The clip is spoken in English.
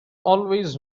always